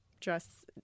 dress